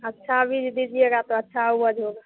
अच्छा बीज दीजिएगा तो अच्छी उपज़ होगी